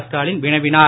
ஸ்டாலின் வினவினார்